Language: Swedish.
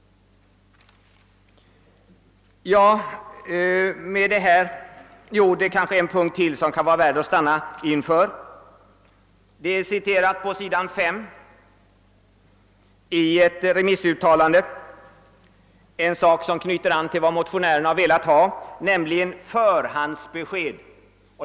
Kanske en punkt till kan vara värd att stanna inför. På s. 5 i utskottets utlåtande är citerat ett remissuttalande om en sak som motionärerna har velat ha, nämligen förhandsbesked.